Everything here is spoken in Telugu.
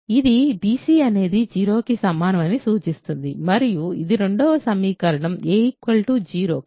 ఇది bc అనేది 0కి సమానం అని సూచిస్తుంది మరియు ఇది రెండవ సమీకరణం a 0